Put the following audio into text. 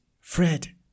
Fred